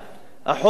החוק הוא חוק,